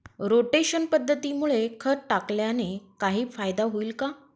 Rotation पद्धतीमुळे खत टाकल्याने काही फायदा होईल का?